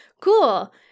cool